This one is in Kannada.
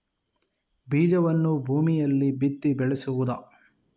ಬೀಜವನ್ನು ಭೂಮಿಯಲ್ಲಿ ಬಿತ್ತಿ ಬೆಳೆಸುವುದಾ?